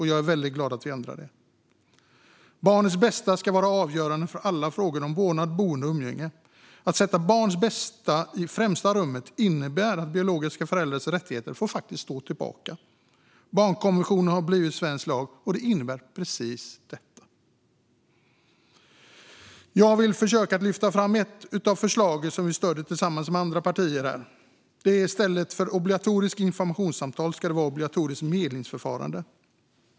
Jag är väldigt glad att vi ändrar det. Barnets bästa ska vara avgörande för alla frågor om vårdnad, boende och umgänge. Att sätta barns bästa i främsta rummet innebär att biologiska föräldrars rättigheter faktiskt får stå tillbaka. Barnkonventionen har blivit svensk lag, och den innebär precis det. Jag vill försöka lyfta fram ett av förslagen som vi stöder tillsammans med andra partier. Det gäller att det i stället för obligatoriskt informationssamtal ska vara obligatoriskt medlingsförfarande.